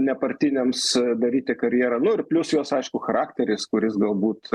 nepartiniams daryti karjerą nu ir plius jos aišku charakteris kuris galbūt